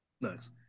Nice